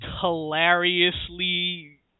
hilariously